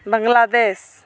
Bangladesh